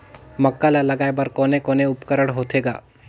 मक्का ला लगाय बर कोने कोने उपकरण होथे ग?